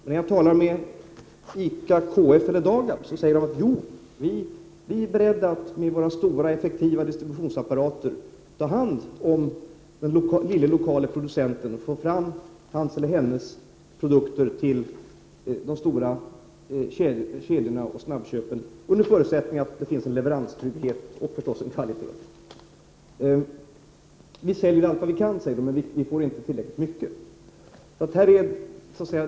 När jag talar med ICA, KF eller DAGAB säger de att de är beredda att med sina stora, effektiva distributionsapparater ta hand om den lille lokale producenten, få fram hans eller hennes produkter till de stora kedjorna och snabbköpen, under förutsättning att det finns leveranstrygghet och förstås kvalitet. Vi säljer allt vi kan, säger de, vi får inte tillräckligt mycket.